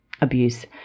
abuse